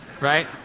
Right